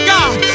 God